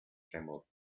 tremble